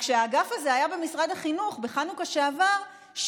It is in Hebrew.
כשהאגף הזה היה במשרד החינוך בחנוכה שעבר,